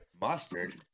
Mustard